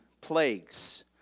plagues